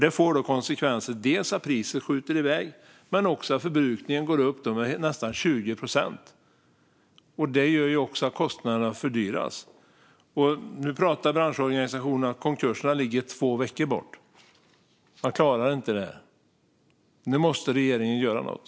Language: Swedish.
Det får konsekvenser: Dels skjuter priset iväg, dels går förbrukningen upp med nästan 20 procent. Det gör att kostnaderna ökar. Nu pratar branschorganisationen om att konkurserna ligger två veckor bort. Man klarar inte det här. Nu måste regeringen göra något!